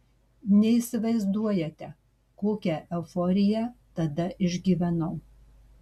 neįsivaizduojate kokią euforiją tada išgyvenau